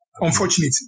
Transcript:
unfortunately